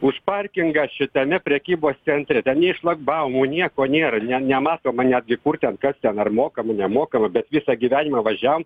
už parkingą šitame prekybos centre ten nė šlagbaumų nieko nėra ne nematoma netgi kur ten kas ten ar mokama nemokama bet visą gyvenimą važiavom